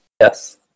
Yes